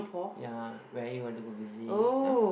ya where you want to go visit lah